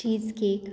cheese cake